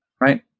Right